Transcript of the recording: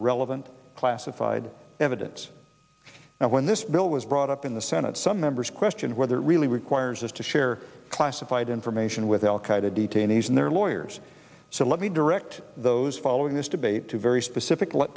relevant classified evidence and when this bill was brought up in the senate some members questioned whether it really requires us to share classified information with al qaeda detainees and their lawyers so let me direct those following this debate to very specific l